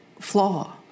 flaw